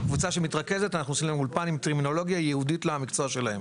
לקבוצה שמתרכזת אנחנו עושים אולפן עם טרמינולוגיה ייעודית למקצוע שלהם.